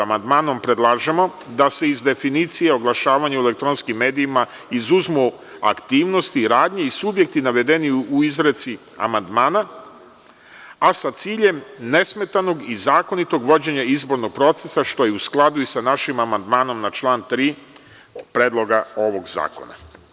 Amandmanom predlažemo da se iz definicije o oglašavanju u elektronskim medijima izuzmu aktivnosti, radnje i subjekti navedeni u izreci amandmana, a sa ciljem nesmetanog i zakonitog vođenja izbornog procesa, što je u skladu i sa našim amandmanom na član 3. Predloga ovog zakona.